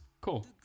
Cool